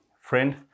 Friend